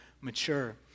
mature